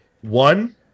One